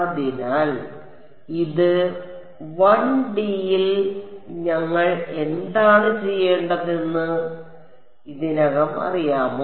അതിനാൽ ഇത് 1 ഡിയിൽ ഞങ്ങൾ എന്താണ് ചെയ്യേണ്ടതെന്ന് ഇതിനകം അറിയാമോ